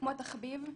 כמו תחביב.